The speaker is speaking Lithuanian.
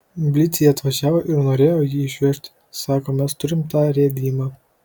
milicija atvažiavo ir norėjo jį išvežti sako mes turim tą rėdymą